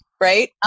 Right